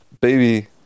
baby